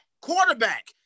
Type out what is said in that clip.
quarterback